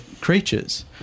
creatures